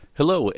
Hello